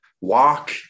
walk